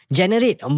generate